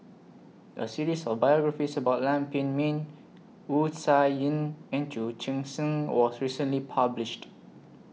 A series of biographies about Lam Pin Min Wu Tsai Yen and Chu Chee Seng was recently published